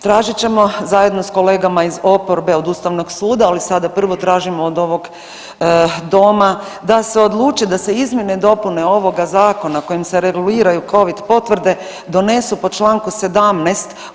Tražit ćemo zajedno s kolegama iz oporbe od Ustavnog suda, ali sada prvo tražimo od ovog doma da se odluče da se izmjene i dopune ovoga zakona kojim se reguliraju Covid potvrde donesu po Članku 17.